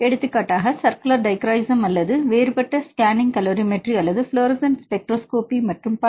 எடுத்துக்காட்டாக circular dichroism அல்லது வேறுபட்ட ஸ்கேனிங் கலோரிமெட்ரி அல்லது ஃப்ளோரசன் ஸ்பெக்ட்ரோஸ்கோபி மற்றும் பல